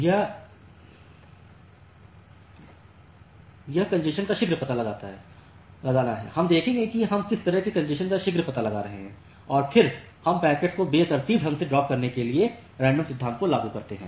यह प् कॅन्जेशन का शीघ्र पता लगाना है हम देखेंगे कि हम किस तरह से कॅन्जेशन का शीघ्र पता लगा रहे हैं और फिर हम पैकेट्स को बेतरतीब ढंग से ड्राप करने के लिए इस रैंडम सिद्धांत को लागू करते हैं